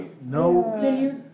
no